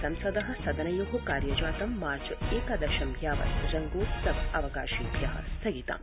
संसद सदनयो कार्यजातं मार्च एकादशं यावत् रंगोत्सव अवकाशेभ्य स्थगितम्